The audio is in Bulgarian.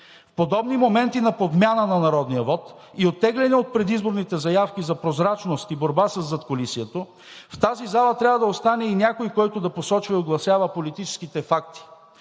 В подобни моменти на подмяна на народния вот и оттегляне от предизборните заявки за прозрачност и борба със задкулисието в тази зала трябва да остане и някой, който да посочва и огласява политическите факти.